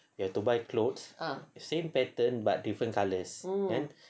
have to buy clothes same pattern but different colours kan